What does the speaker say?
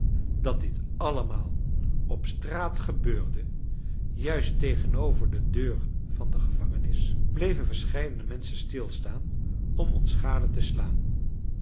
dat dit allemaal op straat gebeurde juist tegenover de deur van de gevangenis bleven verscheidene menschen stilstaan om ons gade te slaan